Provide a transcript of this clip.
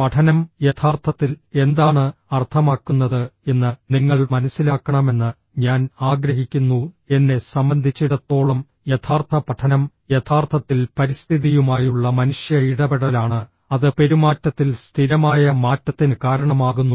പഠനം യഥാർത്ഥത്തിൽ എന്താണ് അർത്ഥമാക്കുന്നത് എന്ന് നിങ്ങൾ മനസ്സിലാക്കണമെന്ന് ഞാൻ ആഗ്രഹിക്കുന്നുഃ എന്നെ സംബന്ധിച്ചിടത്തോളം യഥാർത്ഥ പഠനം യഥാർത്ഥത്തിൽ പരിസ്ഥിതിയുമായുള്ള മനുഷ്യ ഇടപെടലാണ് അത് പെരുമാറ്റത്തിൽ സ്ഥിരമായ മാറ്റത്തിന് കാരണമാകുന്നു